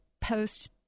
post